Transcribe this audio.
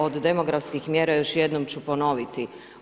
Od demografskih mjera još jednom ću ponoviti.